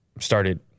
started